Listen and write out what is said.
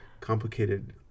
complicated